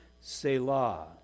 Selah